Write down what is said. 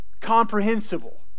comprehensible